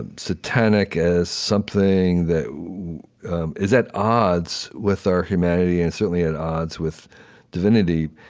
and satanic as something that is at odds with our humanity, and certainly, at odds with divinity.